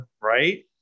Right